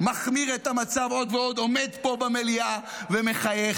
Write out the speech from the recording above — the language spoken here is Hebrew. מחמיר את המצב עוד ועוד, עומד פה במליאה ומחייך.